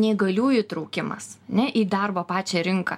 neįgaliųjų įtraukimas ne į darbo pačią rinką